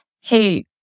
Hey